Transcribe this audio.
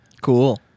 Cool